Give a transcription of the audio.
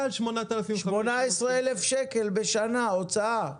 18,000 שקלים בשנה הוצאה